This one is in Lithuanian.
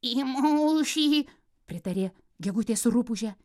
į mūšį pritarė gegutė su rupūže